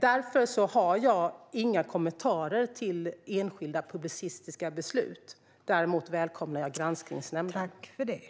Därför har jag inga kommentarer till enskilda publicistiska beslut. Däremot välkomnar jag Granskningsnämnden.